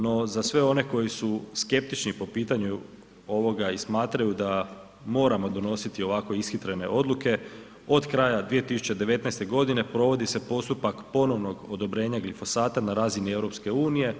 No, za sve one koji su skeptični po pitanju ovoga i smatraju da moramo donositi ovako ishitrene odluke od kraja 2019. godine provodi se postupak ponovnog odobrenja glifosata na razini EU.